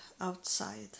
outside